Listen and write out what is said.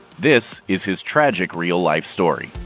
this is his tragic real-life story.